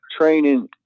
training